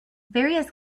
various